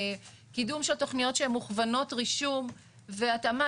קידום של תכניות שהן מוכוונות רישום והתאמה